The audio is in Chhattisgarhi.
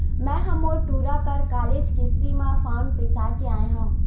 मैय ह मोर टूरा बर कालीच किस्ती म फउन बिसाय के आय हँव